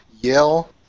yell